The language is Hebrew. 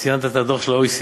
ציינת את הדוח של ה-OECD.